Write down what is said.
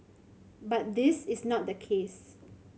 but this is not the case